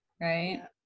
Right